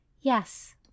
yes